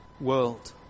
world